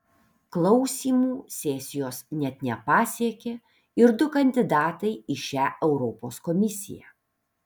klausymų sesijos net nepasiekė ir du kandidatai į šią europos komisiją